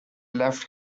left